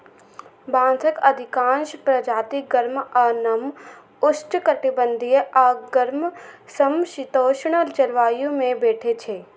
बांसक अधिकांश प्रजाति गर्म आ नम उष्णकटिबंधीय आ गर्म समशीतोष्ण जलवायु मे भेटै छै